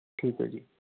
ਠੀਕ ਹੈ ਜੀ